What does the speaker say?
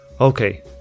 Okay